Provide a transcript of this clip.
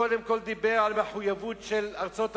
קודם כול, הוא דיבר על המחויבות של ארצות-הברית